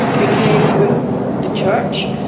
they came with the church.